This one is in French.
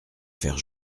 faire